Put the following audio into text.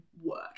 work